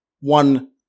one